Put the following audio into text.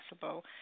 possible